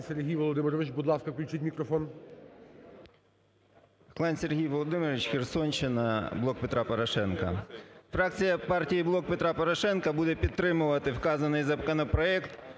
Сергій Володимирович, будь ласка, включіть мікрофон.